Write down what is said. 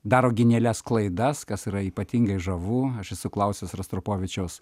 daro genialias klaidas kas yra ypatingai žavu aš esu klausęs rostropovičiaus